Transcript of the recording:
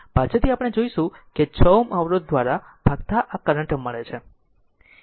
પાછળથી આપણે જોશું કે 6 Ω અવરોધ દ્વારા ભાગતા આ કરંટ મળે છે